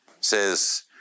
says